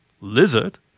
Lizard